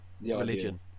religion